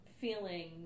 feeling